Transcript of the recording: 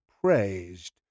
praised